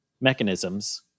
mechanisms